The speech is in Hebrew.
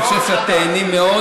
אני חושב שאת תיהני מאוד.